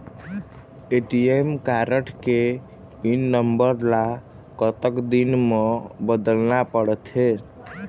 ATM card के PIN number ला कतक दिन म बदलना पड़थे?